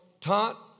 taught